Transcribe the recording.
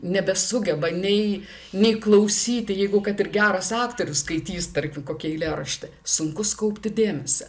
nebesugeba nei nei klausyti jeigu kad ir geras aktorius skaitys tarkim kokį eilėraštį sunku sukaupti dėmesį